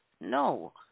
no